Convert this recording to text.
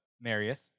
Marius